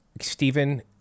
Stephen